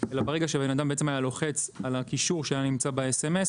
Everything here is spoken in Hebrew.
אלא רק ברגע שאדם היה לוחץ על הקישור שהיה נמצא באס אם אס